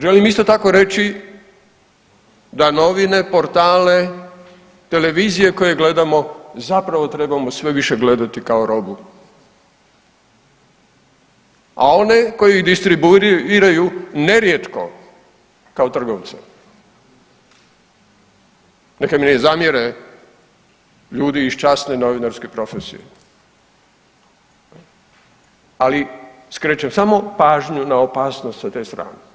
Želim isto tako reći da novine, portale, televizije koje gledamo, zapravo trebamo sve više gledati kao robu, a one koji distribuiraju nerijetko kao trgovce, neka mi ne zamjere ljudi iz časne novinarske profesije, ali skrećem samo pažnju na opasnost sa te strane.